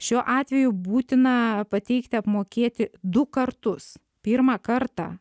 šiuo atveju būtina pateikti apmokėti du kartus pirmą kartą